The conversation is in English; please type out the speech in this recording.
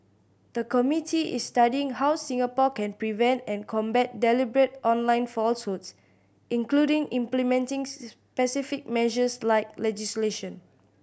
the committee is studying how Singapore can prevent and combat deliberate online falsehoods including implementing specific measures like legislation